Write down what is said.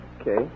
Okay